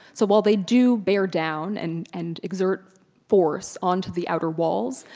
so while they do bear down and and exert force onto the outer walls,